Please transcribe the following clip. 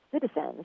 citizens